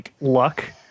luck